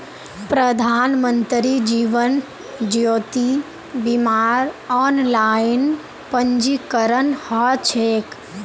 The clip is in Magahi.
प्रधानमंत्री जीवन ज्योति बीमार ऑनलाइन पंजीकरण ह छेक